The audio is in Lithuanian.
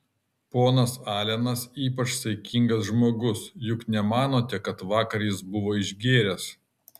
ponas alenas ypač saikingas žmogus juk nemanote kad vakar jis buvo išgėręs